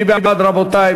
מי בעד, רבותי?